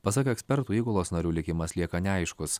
pasak ekspertų įgulos narių likimas lieka neaiškus